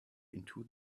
into